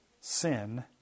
sin